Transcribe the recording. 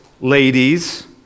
ladies